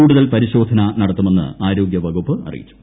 കൂടുതൽ പരിശോധന നടത്തുമെന്ന് ആരോഗ്യവകുപ്പ് അറിയിച്ചു